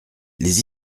les